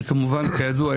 שכידוע,